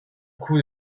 coups